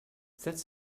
sept